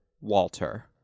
Walter